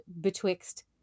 betwixt